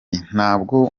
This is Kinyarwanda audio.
ntabwo